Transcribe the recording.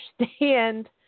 understand